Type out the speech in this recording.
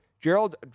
Gerald